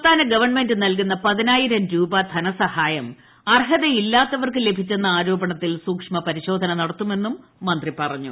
സംസ്ഥാന ഗവൺമെന്റ് നൽകുന്ന പതിനായിരം രൂപ ധനസഹായം ലഭിച്ചെന്ന ആരോപണത്തിൽ സൂക്ഷ്മ പരിശോധന നടത്തുമെന്നും മന്ത്രി പറഞ്ഞു